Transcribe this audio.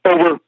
Over